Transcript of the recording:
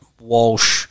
Walsh